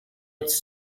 its